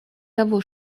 того